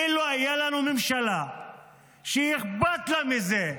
אילו הייתה לנו ממשלה שאכפת לה מזה,